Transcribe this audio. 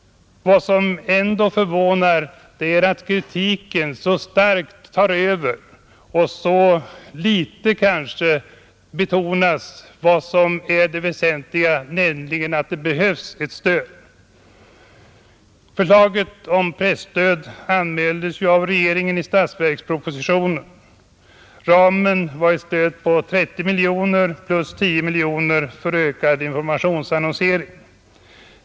Vad som ändå förvånar är att kritiken väger över så starkt och att man så litet betonar vad som är det väsentliga, nämligen att det behövs ett stöd. Förslaget om presstöd anmäldes ju av regeringen i statsverksproposi tionen. Ramen var ett stöd på 30 miljoner kronor plus 10 miljoner kronor för ökad informationsannonsering.